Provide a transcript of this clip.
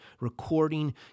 recording